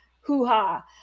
hoo-ha